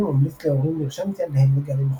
וממליץ להורים לרשום את ילדיהם לגנים מחוסנים,